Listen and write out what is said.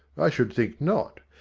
i should think not.